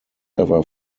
ever